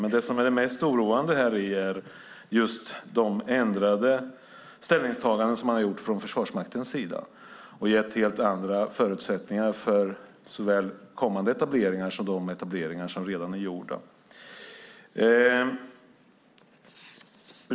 Men det som är det mest oroande är just de ändrade ställningstaganden som man har gjort från Försvarsmaktens sida och gett helt andra förutsättningar för såväl kommande etableringar som de etableringar som redan är gjorda.